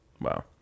wow